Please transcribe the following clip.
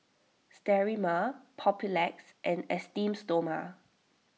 Sterimar Papulex and Esteem Stoma